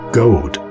gold